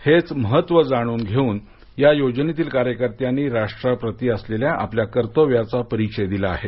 हेच महत्व जाणून घेऊन या योजनेतील कार्यकर्त्यांनी राष्ट्राप्रती असलेल्या आपल्या कर्तव्याचा परिचय दिला आहे